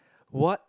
what